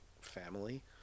family